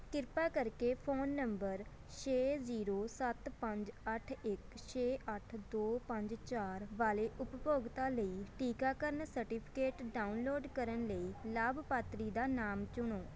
ਕਿਰਪਾ ਕਰਕੇ phone number ਛੇ ਜ਼ੀਰੋ ਸੱਤ ਪੰਜ ਅੱਠ ਇੱਕ ਛੇ ਅੱਠ ਦੋ ਪੰਜ ਚਾਰ ਵਾਲੇ ਉਪਭੋਗਤਾ ਲਈ ਟੀਕਾਕਰਨ ਸਰਟੀਫਿਕੇਟ ਡਾਊਨਲੋਡ ਕਰਨ ਲਈ ਲਾਭਪਾਤਰੀ ਦਾ ਨਾਮ ਚੁਣੋ